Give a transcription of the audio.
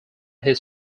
his